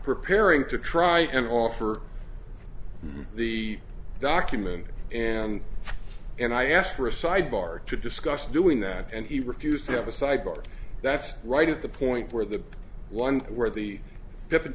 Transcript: preparing to try and offer the documents and and i asked for a sidebar to discuss doing that and he refused to have a sidebar that's right at the point where the one where the